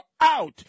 out